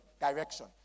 direction